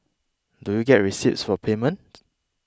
do you get receipts for payments